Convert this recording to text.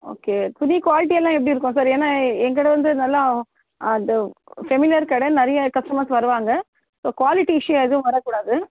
okay துணி quality எல்லாம் எப்படி இருக்கும் சார் ஏன்னா ஏன் கடை வந்து நல்லா அது ஃபெமிலியர் கடை நிறையா கஸ்டமர்ஸ் வருவாங்க ஸோ க்வாலிட்டி இஸ்யூ எதுவும் வரக்கூடாது